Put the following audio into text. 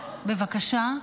בבקשה.